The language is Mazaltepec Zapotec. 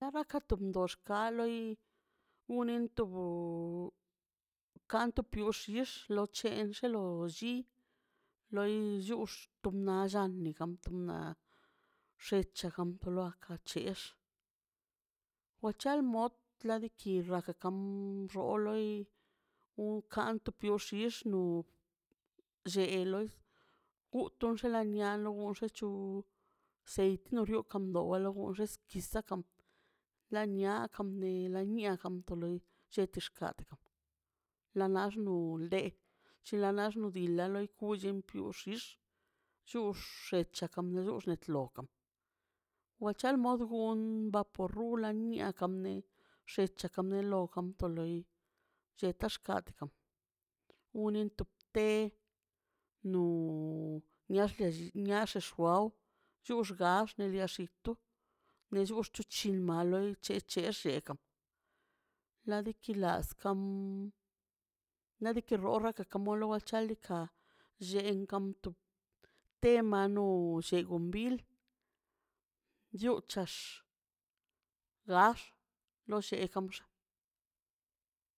La raka to mbaxgal loi wnen tobo kanto pudrdox xio chen xelo lli loi lluchrt nallan ni kampto na xecha kampto nua ka chex wachel mod tladikir raka kam xoloi unkanto pioxix no o lle loi puton nialon chu seiti norio ando wolo o restikisakan la niakan de la niakan de to loi lletixka kanan la naxlə llinla nox dil la loi kux umpioxix chuxe chakan do lubxex lokan wa chal modul dun bapo rulan nie naka nien xech nika lob jam to loi lleta xkakadiga unin top te no niaxaxi niaxa gaw chux gax kitu nex lio chingma a loi c̱he c̱he xegan ladiki laskan nadiki rogan kan kamo lo di chalika llenka amtu te manoll c̱he gonbil yuchax gax lo llekamx